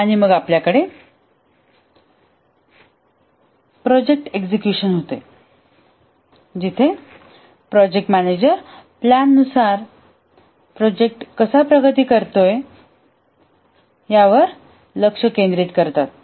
आणि मग आपल्याकडे प्रोजेक्ट एक्झिक्युशन होते जिथे प्रोजेक्ट मॅनेजर प्लॅन नुसार प्रोजेक्ट कसा प्रगतीकरतोय यावर लक्ष केंद्रित करतात